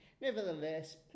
Nevertheless